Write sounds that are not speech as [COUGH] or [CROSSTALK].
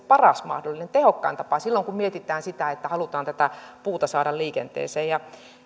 [UNINTELLIGIBLE] paras mahdollinen tehokkain tapa silloin kun mietitään sitä että halutaan tätä puuta saada liikenteeseen